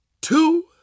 two